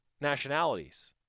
nationalities